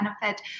benefit